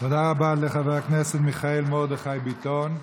תודה רבה לחבר הכנסת מיכאל מרדכי ביטון.